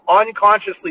unconsciously